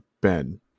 Ben